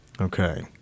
Okay